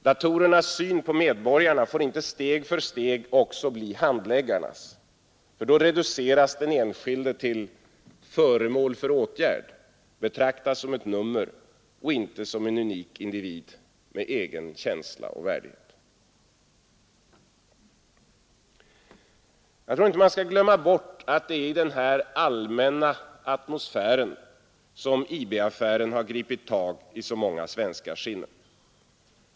Datorernas syn på medborgarna får inte steg för steg också bli handläggarnas, för då reduceras den enskilde till ”föremål för åtgärd”, betraktas som ett nummer och inte som en unik individ med egen känsla och värdighet. Jag tror att man inte skall glömma bort att det är i den här allmänna atmosfären som IB-affären gripit tag i så många svenskars sinnen.